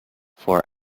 for